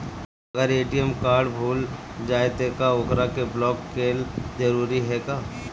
अगर ATM card भूला जाए त का ओकरा के बलौक कैल जरूरी है का?